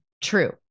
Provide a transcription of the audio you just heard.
True